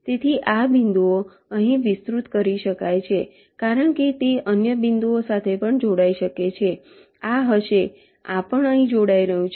તેથી આ બિંદુઓ અહીં વિસ્તૃત કરી શકાય છે કારણ કે તે અન્ય બિંદુઓ સાથે પણ જોડાઈ શકે છે આ હશે આ પણ અહીં જોડાઈ રહ્યું છે